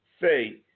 say